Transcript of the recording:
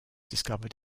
discovered